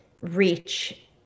reach